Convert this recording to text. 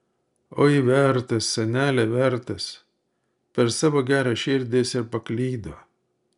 oi vertas seneli vertas per savo gerą širdį jis ir paklydo